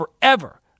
forever